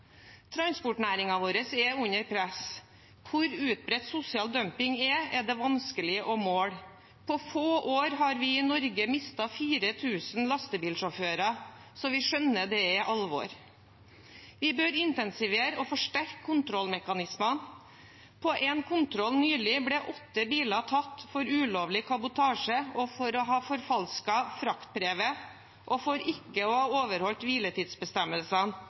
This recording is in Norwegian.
vår er under press. Hvor utbredt sosial dumping er, er det vanskelig å måle. På få år har vi i Norge mistet 4 000 lastebilsjåfører, så vi skjønner at det er alvor. Vi bør intensivere og forsterke kontrollmekanismene. På en kontroll nylig ble åtte biler tatt for ulovlig kabotasje, for å ha forfalsket fraktbrevet og for ikke å ha overholdt hviletidsbestemmelsene,